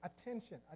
attention